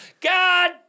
God